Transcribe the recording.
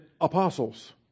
apostles